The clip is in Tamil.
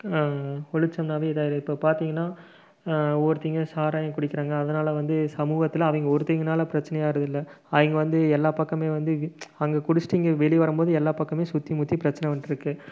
ஒழித்தோம்னாவே இதாக ஆகிடும் இப்போது பார்த்தீங்கன்னா ஒருத்தீங்க சாராயம் குடிக்கிறாங்க அதனால் வந்து சமூகத்தில் அவங்க ஒருத்தீங்கனால் பிரச்சனையாக இருக்கில்ல அவங்க வந்து எல்லா பக்கமுமே வந்து அங்கே குடிச்சுட்டு இங்கே வெளியே வரும்போது எல்லா பக்கமே சுற்றி முற்றி பிரச்சனை வந்துட்டு இருக்குது